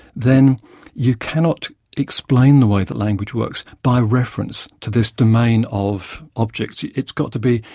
then you cannot explain the way that language works by reference to this domain of objects. it's got to be,